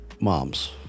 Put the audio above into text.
moms